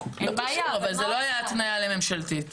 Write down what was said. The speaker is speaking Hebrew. לא קשור, אבל זו לו הייתה התניה לממשלתית.